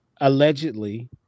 allegedly